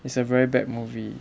it's a very bad movie